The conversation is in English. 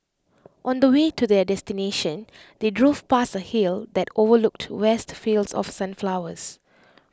on the way to their destination they drove past A hill that overlooked vast fields of sunflowers